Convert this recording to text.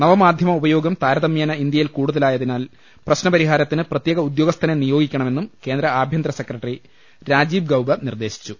നവമാ ധ്യമ ഉപയോഗം താരതമ്യേന ഇന്ത്യയിൽ കൂടുതലായതിനാൽ പ്രശ്ന പരിഹാരത്തിന് പ്രത്യേക ഉദ്യോഗസ്ഥനെ നിയോഗിക്കണ മെന്നും കേന്ദ്ര ആഭ്യന്തര സെക്രട്ടറി രാജീബ് ഗൌബ നിർദേശിച്ചു